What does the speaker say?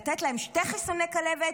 לתת להם שני חיסוני כלבת,